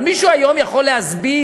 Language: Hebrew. אבל מישהו היום יכול להסביר,